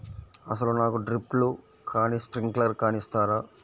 అసలు నాకు డ్రిప్లు కానీ స్ప్రింక్లర్ కానీ ఇస్తారా?